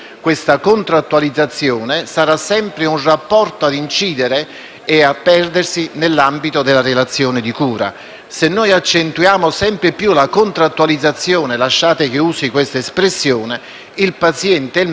e a perdersi nell'ambito della relazione di cura. Se cioè noi accentuiamo sempre più la contrattualizzazione - lasciate che usi questa espressione - il paziente e il medico non saranno mai amici morali, anche per quanto riguarda